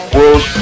World